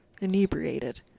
Inebriated